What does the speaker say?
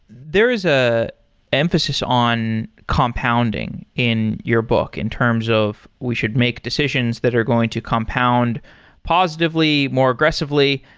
there is an ah emphasis on compounding in your book in terms of we should make decisions that are going to compound positively more aggressively,